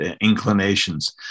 inclinations